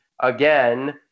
again